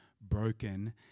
broken